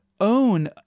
own